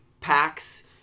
packs